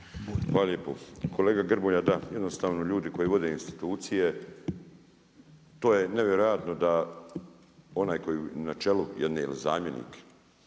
Hvala lijepo. Kolega Grmoja da, jednostavno ljudi koji vode institucije to je nevjerojatno da onaj koji je na čelu jedne ili zamjenik